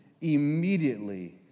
immediately